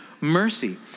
mercy